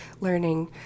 learning